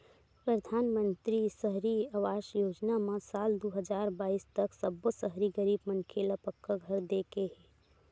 परधानमंतरी सहरी आवास योजना म साल दू हजार बाइस तक सब्बो सहरी गरीब मनखे ल पक्का घर दे के हे